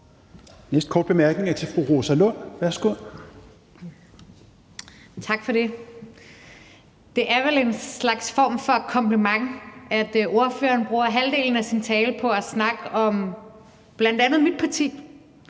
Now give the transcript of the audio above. næste korte bemærkning er til fru Rosa Lund. Værsgo. Kl. 14:47 Rosa Lund (EL): Tak for det. Det er vel en form for kompliment, at ordføreren bruger halvdelen af sin tale på at snakke om bl.a. mit parti.